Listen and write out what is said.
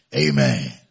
Amen